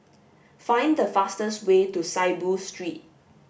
find the fastest way to Saiboo Street